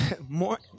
More